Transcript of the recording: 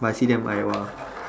but I see them I !wah!